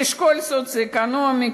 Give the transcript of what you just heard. אשכול סוציו-אקונומי,